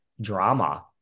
drama